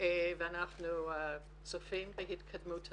ואנחנו צופים בהתקדמות.